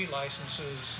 licenses